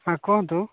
ହଁ କୁହନ୍ତୁ